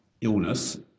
illness